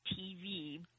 TV